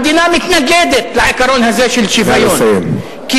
המדינה מתנגדת לעיקרון הזה של שוויון נא לסיים.